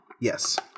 Yes